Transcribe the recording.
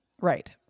Right